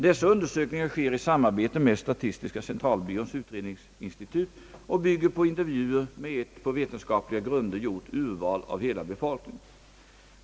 Dessa undersökningar sker i samarbete med statistiska centralbyråns utredningsinstitut och bygger på intervjuer med ett på vetenskapliga grunder gjort urval av hela befolkningen.